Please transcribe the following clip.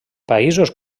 països